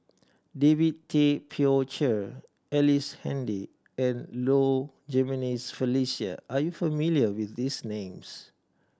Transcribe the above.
David Tay Poey Cher Ellice Handy and Low Jimenez Felicia are you familiar with these names